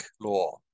law